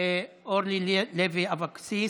אורלי לוי אבקסיס,